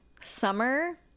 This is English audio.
Summer